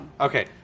okay